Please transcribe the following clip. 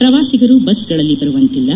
ಪ್ರವಾಸಿಗರು ಬಸ್ಗಳಲ್ಲಿ ಬರುವಂತಿಲ್ಲ